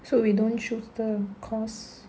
so we don't choose the course